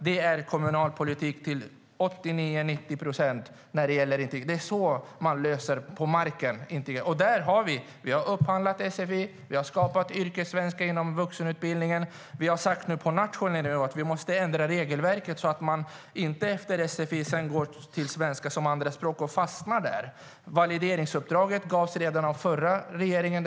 Det är kommunalpolitik till 89-90 procent när det gäller integration. Det är så man löser det på marken. Vi har upphandlat sfi och skapat yrkessvenska inom vuxenutbildningen. På nationell nivå har vi sagt att vi måste ändra regelverket så att man inte efter sfi går till svenska som andraspråk och fastnar där. Valideringsuppdraget gavs redan av den förra regeringen.